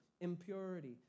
impurity